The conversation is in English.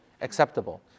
acceptable